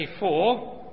24